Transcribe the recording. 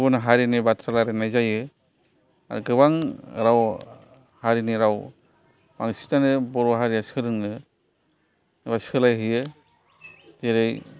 गुबुन हारिनि बाथ्रा रायलायनाय जायो आरो गोबां राव हारिनि राव बांसिनानो बर' हारिया सोलोङो एबा सोला हैयो जेरै